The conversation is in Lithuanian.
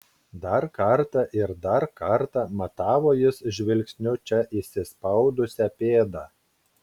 dar kartą ir dar kartą matavo jis žvilgsniu čia įsispaudusią pėdą